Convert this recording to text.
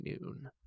noon